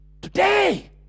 today